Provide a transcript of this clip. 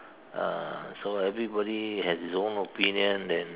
uh so everybody has his own opinion then